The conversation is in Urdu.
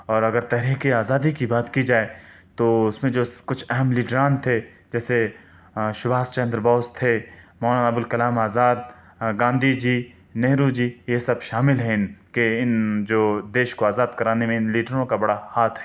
اور اگر تحریکِ آزادی کی بات کی جائے تو اس میں جو اس کچھ اہم لیڈران تھے جیسے شبھاس چندر بوس تھے مولانا ابوالکلام آزاد گاندھی جی نہرو جی یہ سب شامل ہیں ان کہ ان جو دیش کو آزاد کرانے میں ان لیڈروں کا بڑا ہاتھ ہے